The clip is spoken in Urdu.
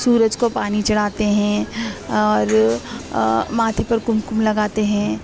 سورج کو پانی چڑھاتے ہیں اور ماتھے پر کمکم لگاتے ہیں